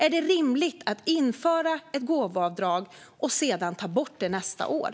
Är det rimligt att införa ett gåvoavdrag och sedan ta bort det nästa år?